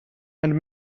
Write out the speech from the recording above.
and